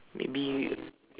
maybe